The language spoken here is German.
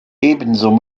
ebenso